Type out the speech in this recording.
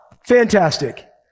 fantastic